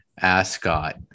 ascot